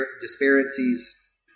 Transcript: disparities